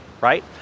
right